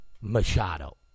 Machado